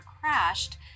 crashed